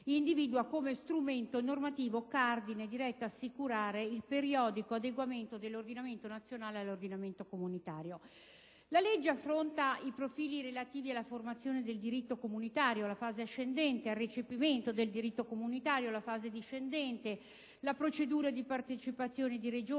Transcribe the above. individua come strumento normativo cardine diretto ad assicurare il periodico adeguamento dell'ordinamento nazionale all'ordinamento comunitario. Il provvedimento affronta i profili relativi alla formazione del diritto comunitario (fase ascendente), al recepimento del diritto comunitario (fase discendente), alla procedura di partecipazione di Regioni,